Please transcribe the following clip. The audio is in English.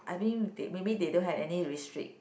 I mean maybe they don't have any restrict